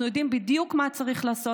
אנחנו יודעים בדיוק מה צריך לעשות.